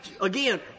Again